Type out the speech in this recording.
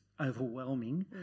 overwhelming